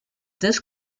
this